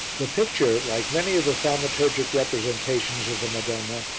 the picture, like many of the thaumaturgic representations of the madonna,